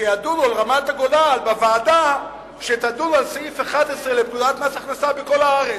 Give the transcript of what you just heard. שידונו על רמת-הגולן בוועדה שתדון על סעיף 11 לפקודת מס הכנסה בכל הארץ.